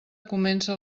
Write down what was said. comença